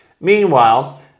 Meanwhile